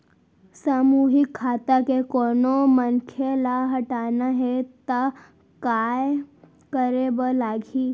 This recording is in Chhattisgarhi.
सामूहिक खाता के कोनो मनखे ला हटाना हे ता काय करे बर लागही?